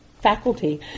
faculty